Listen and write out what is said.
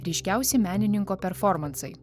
ryškiausi menininko performansai